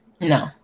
No